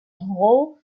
hole